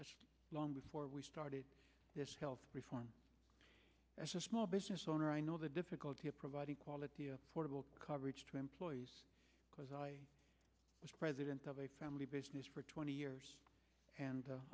e long before we started this health reform as a small business owner i know the difficulty of providing quality affordable coverage to employees because i was president of a family business for twenty years and